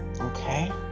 Okay